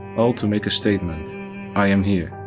all to make a statement i am here,